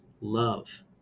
love